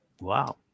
wow